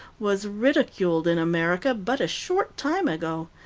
was ridiculed in america but a short time ago.